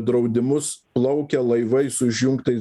draudimus plaukia laivai su išjungtais